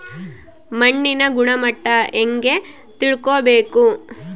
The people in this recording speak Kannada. ಮಣ್ಣಿನ ಗುಣಮಟ್ಟ ಹೆಂಗೆ ತಿಳ್ಕೊಬೇಕು?